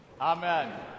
amen